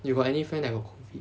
you got any friend that got COVID